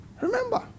Remember